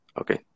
Okay